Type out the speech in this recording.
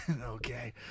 Okay